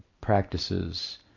practices